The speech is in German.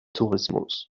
tourismus